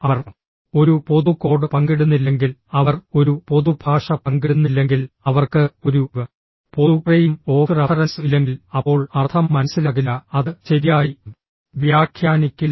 അവർ ഒരു പൊതു കോഡ് പങ്കിടുന്നില്ലെങ്കിൽ അവർ ഒരു പൊതു ഭാഷ പങ്കിടുന്നില്ലെങ്കിൽ അവർക്ക് ഒരു പൊതു ഫ്രെയിം ഓഫ് റഫറൻസ് ഇല്ലെങ്കിൽ അപ്പോൾ അർത്ഥം മനസ്സിലാകില്ല അത് ശരിയായി വ്യാഖ്യാനിക്കില്ല